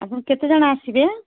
ଆପଣ କେତେଜଣ ଆସିବେ